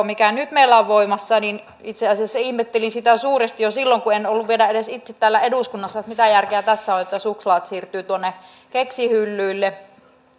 mikä nyt meillä on voimassa itse asiassa ihmettelin suuresti jo silloin kun en ollut vielä edes itse täällä eduskunnassa että mitä järkeä tässä on että suklaat siirtyvät keksihyllyille